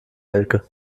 elke